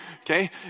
Okay